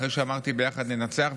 אחרי שאמרתי "ביחד ננצח",